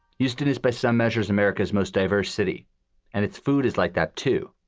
houston is by some measures, america's most diverse city and its food is like that, too.